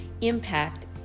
impact